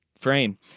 frame